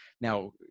now